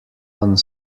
one